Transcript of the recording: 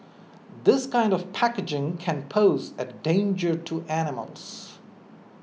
this kind of packaging can pose a danger to animals